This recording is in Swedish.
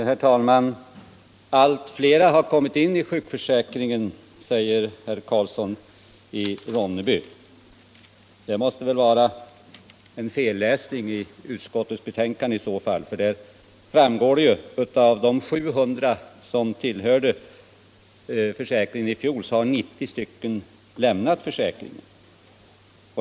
Herr talman! Allt fler har kommit in i sjukförsäkringen, säger herr Karlsson i Ronneby. Han måste ha gjort en felläsning i utskottets betänkande, för därav framgår att av de 700 som tillhörde försäkringen i fjol har 90 lämnat den.